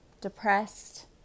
depressed